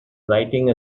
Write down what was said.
writing